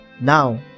Now